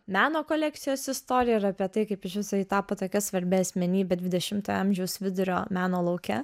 meno kolekcijos istoriją ir apie tai kaip iš viso ji tapo tokia svarbia asmenybe dvidešimtojo amžiaus vidurio meno lauke